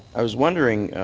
i was wondering,